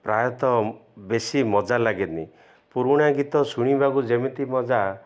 ପ୍ରାୟତଃ ବେଶୀ ମଜା ଲାଗେନି ପୁରୁଣା ଗୀତ ଶୁଣିବାକୁ ଯେମିତି ମଜା